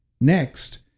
Next